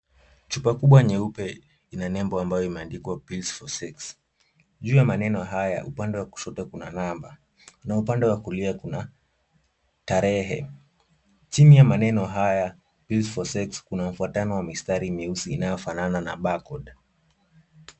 Chumba kubwa nyeupe ina nembo ambayo imeandikwa pills for sex . Juu ya maneno haya upande wa kushoto kuna namba na upande wa kulia kuna tarehe. Chini ya maneno haya pills for sex kuna mfuatano wa mistari mieusi inayofanana na bar code .